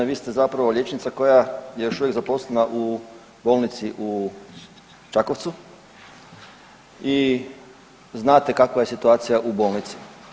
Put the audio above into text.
Vi ste zapravo liječnica koja je još uvijek zaposlena u bolnici u Čakovcu i znate kakva je situacija u bolnici.